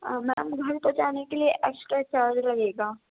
آ میم گھر پہنچانے کے ایکسٹرا چارج لگے گا